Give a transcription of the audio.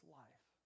life